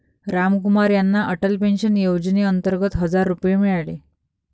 रामकुमार यांना अटल पेन्शन योजनेअंतर्गत हजार रुपये मिळाले